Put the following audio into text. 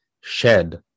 shed